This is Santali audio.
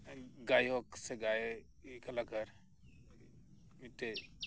ᱜᱟᱭᱚᱠ ᱥᱮ ᱜᱟᱭᱤᱠᱟ ᱞᱮᱠᱟ ᱢᱤᱫᱴᱮᱱ